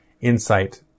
insight